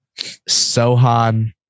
Sohan